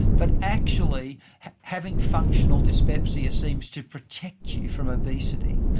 but actually having functional dyspepsia seems to protect you from obesity.